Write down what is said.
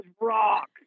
rock